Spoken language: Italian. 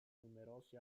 numerosi